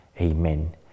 Amen